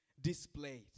displayed